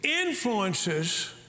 influences